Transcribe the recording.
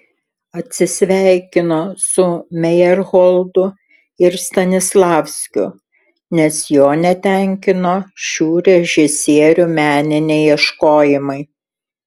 atsisveikino su mejerholdu ir stanislavskiu nes jo netenkino šių režisierių meniniai ieškojimai